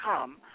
come